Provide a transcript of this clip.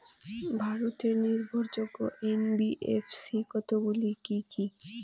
ভারতের নির্ভরযোগ্য এন.বি.এফ.সি কতগুলি কি কি?